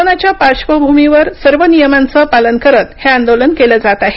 कोरोनाच्या पार्श्वभूमीवर सर्व नियामांचं पालन करत हे आंदोलन केलं जात आहे